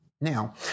Now